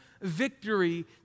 victory